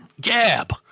gab